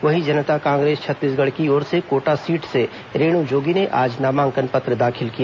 वही जनता कांग्रेस छत्तीसगढ़ की ओर से कोटा सीट से रेणु जोगी ने आज नामांकन पत्र दाखिल किया